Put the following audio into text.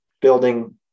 building